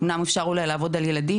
אמנם אפשר אולי לעבוד על ילדים,